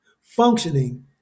functioning